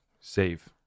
save